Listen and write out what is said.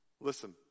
Listen